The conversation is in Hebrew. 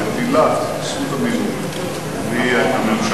נטילת זכות המינוי מהממשלה,